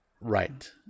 Right